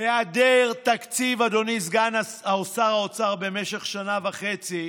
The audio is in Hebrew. היעדר תקציב, אדוני סגן שר האוצר, במשך שנה וחצי,